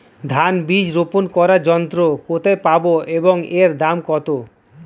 ধান বীজ রোপন করার যন্ত্র কোথায় পাব এবং এর দাম কত?